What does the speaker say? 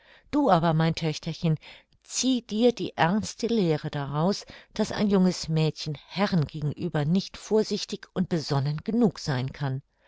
du aber mein töchterchen zieh dir die ernste lehre daraus daß ein junges mädchen herren gegenüber nicht vorsichtig und besonnen genug sein kann